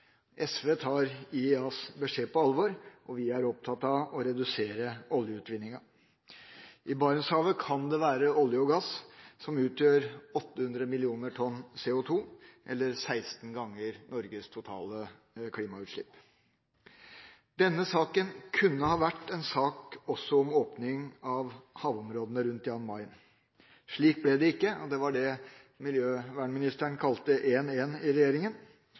SV tar IEAs beskjed på alvor, og vi er opptatt av å redusere oljeutvinninga. I Barentshavet kan det være olje og gass som utgjør 800 millioner tonn CO2, eller seksten ganger Norges totale klimautslipp. Denne saken kunne også ha vært en sak om åpning av havområdene rundt Jan Mayen. Slik ble det ikke, det var det miljøvernministeren kalte 1–1 i